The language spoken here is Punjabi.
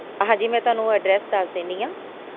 ਹਾਂਜੀ ਮੈਂ ਤੁਹਾਨੂੰ ਅਡਰੈਸ ਦੱਸ ਦਿੰਦੀ ਹਾਂ